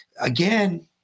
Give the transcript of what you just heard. Again